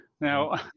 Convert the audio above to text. Now